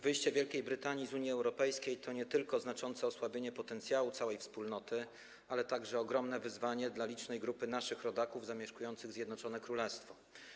Wyjście Wielkiej Brytanii z Unii Europejskiej to nie tylko znaczące osłabienie potencjału całej Wspólnoty, ale także ogromne wyzwanie dla licznej grupy naszych rodaków zamieszkujących Zjednoczone Królestwo.